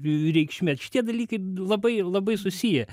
reikšme šitie dalykai labai labai susiję